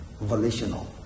volitional